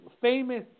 famous